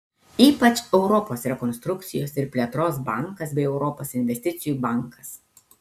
ypač europos rekonstrukcijos ir plėtros bankas bei europos investicijų bankas